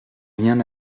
rien